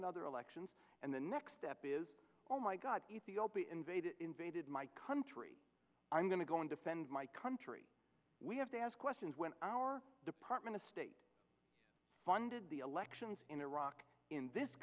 in other elections and the next step is oh my god ethiopia invaded invaded my country i'm going to go and defend my country we have to ask questions when our department of state funded the elections in iraq in this